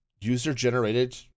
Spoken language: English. user-generated